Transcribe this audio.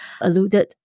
alluded